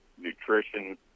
nutrition